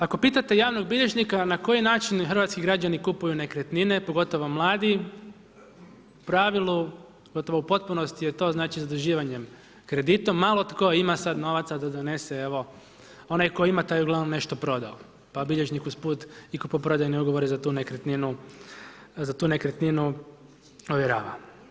Ako pitate javnog bilježnika na koji način hrvatski građani kupuju nekretnine, pogotovo mladi, u pravilu, gotovo u potpunosti je to znači zaduživanje kreditom, malo tko ima sada novaca da donese evo, onaj koji ima taj je uglavnom nešto prodao, pa bilježnik usput i kupoprodajne ugovore za tu nekretninu ovjerava.